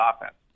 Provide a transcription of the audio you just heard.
offense